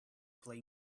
play